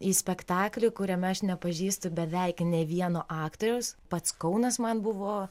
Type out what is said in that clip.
į spektaklį kuriame aš nepažįstu beveik nė vieno aktoriaus pats kaunas man buvo